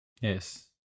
Yes